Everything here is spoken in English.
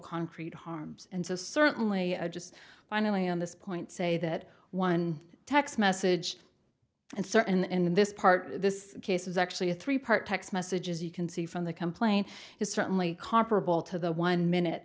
concrete harms and so certainly i just finally on this point say that one text message and certain in this part this case is actually a three part text message as you can see from the complaint is certainly comparable to the one minute